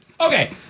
Okay